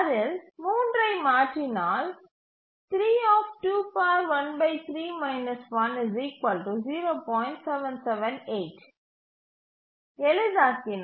அதில் 3ஐ மாற்றினால் எளிதாக்கினால்